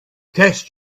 test